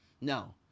No